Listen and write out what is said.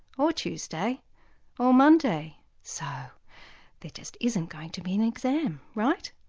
or tuesday or monday so there just isn't going to be an exam right.